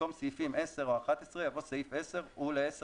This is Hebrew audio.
במקום "סעיפים 10 או 11" יבוא "סעיף 10 הוא לעשר